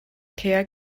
caeau